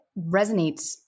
resonates